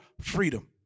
freedom